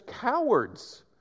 cowards